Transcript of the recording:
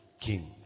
King